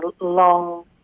long